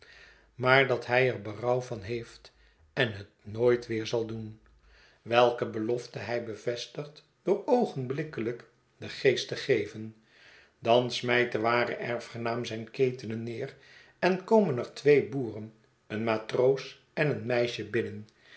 maar dat hij er berouw van heeft en het nooit weer zal doen welke belofte hij bevestigt door oogenblikkelijk den geest te geven dan smijt de ware erfgenaam zijn keten neer en komen er twee boeren een matroos en een meisje binnen